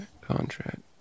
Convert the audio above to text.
Contract